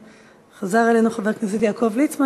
וחזר אלינו חבר הכנסת יעקב ליצמן,